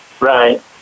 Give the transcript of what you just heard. Right